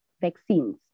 vaccines